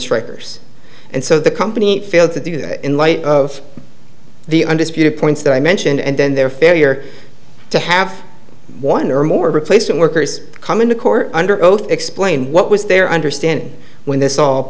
strikers and so the company failed to do that in light of the undisputed points that i mentioned and then their failure to have one or more replacement workers come into court under oath explain what was their understanding when this all